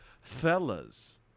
fellas